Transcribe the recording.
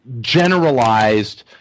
generalized